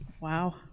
Wow